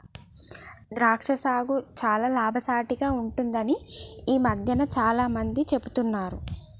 ద్రాక్ష సాగు చాల లాభసాటిగ ఉంటుందని ఈ మధ్యన చాల మంది చెపుతున్నారు